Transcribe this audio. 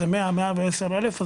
זה 100-110 אלף.